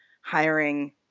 hiring